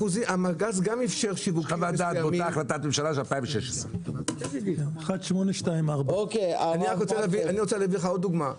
חוות דעת באותה החלטת ממשלה של 2016. 1824. אני רוצה לתת לך עוד דוגמה.